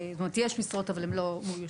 אומרת: יש משרות אבל הן לא מאוישות.